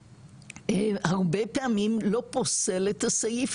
הרבה פעמים לא פוסל את הסעיף,